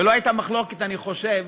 ולא הייתה מחלוקת, אני חושב,